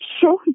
sure